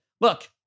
look